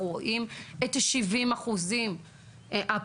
אנחנו רואים את ה-70% הפוגעים,